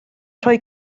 rhoi